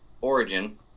origin